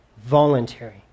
voluntary